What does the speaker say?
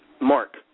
Mark